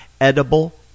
edible